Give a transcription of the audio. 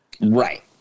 Right